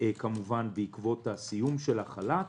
כמובן בעקבות הסיום של החל"ץ,